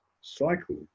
cycle